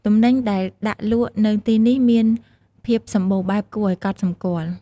ទំនិញដែលដាក់លក់នៅទីនេះមានភាពសម្បូរបែបគួរឱ្យកត់សម្គាល់។